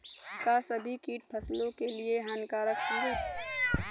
का सभी कीट फसलों के लिए हानिकारक हवें?